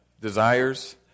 desires